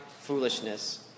foolishness